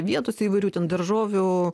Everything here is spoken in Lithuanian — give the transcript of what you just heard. vietose įvairių daržovių